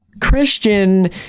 Christian